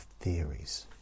theories